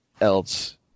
else